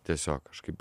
tiesiog kažkaip